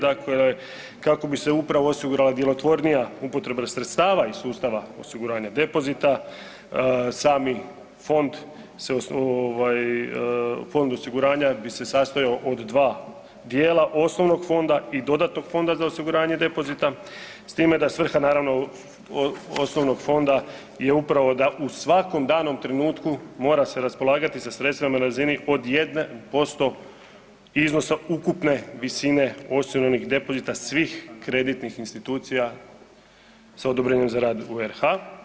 Dakle, kako bi se upravo osigurala djelotvornija upotreba sredstava iz sustava osiguranja depozita sami fond se ovaj, fond osiguranja bi se sastojao od dva dijela, osnovnog fonda i dodatnog fonda za osiguranje depozita s time da svrha naravno osnovnog fonda je upravo da u svakom danom trenutku mora se raspolagati sa sredstvima na razini od jedne posto iznosa ukupne visine … [[Govornik se ne razumije]] onih depozita svih kreditnih institucija sa odobrenjem za rad u RH.